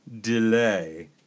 delay